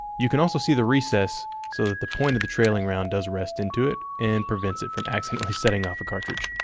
you can also see the recess so that the point of the trailing round does rest into it and prevents it from accidentally setting off a cartridge.